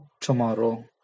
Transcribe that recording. tomorrow